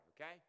okay